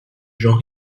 gens